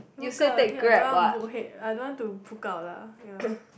book out your head I don't want book head I don't want to book out lah ya